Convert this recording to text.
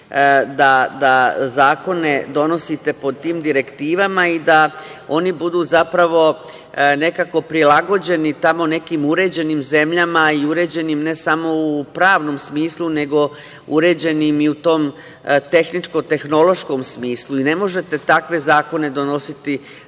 da zakone donosite pod tim direktivama i da oni budu, zapravo, nekako prilagođeni tamo nekim uređenim zemljama i uređenim ne samo u pravnom smislu, nego uređenim i u tom tehničko-tehnološkom smislu. Ne možete takve zakone donositi